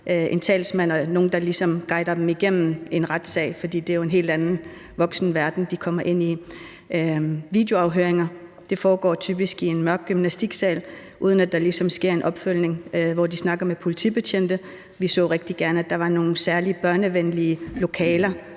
en talsmand og nogen, der ligesom guidede dem igennem en retssag, for det er jo en helt fremmed voksenverden, de kommer ind i. Videoafhøringer foregår typisk i en mørk gymnastiksal, hvor de snakker med politibetjente, og uden at der ligesom sker en opfølgning. Vi så rigtig gerne, at der var nogle særlige børnevenlige lokaler,